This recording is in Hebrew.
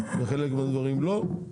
בחלק מהדברים לא.